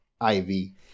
Ivy